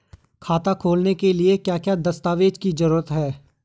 खाता खोलने के लिए क्या क्या दस्तावेज़ की जरूरत है?